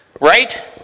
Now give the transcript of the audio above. Right